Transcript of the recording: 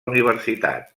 universitat